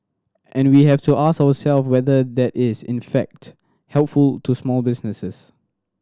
and we have to ask ourselves whether that is in fact helpful to small businesses